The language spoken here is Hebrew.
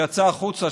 שיצא החוצה,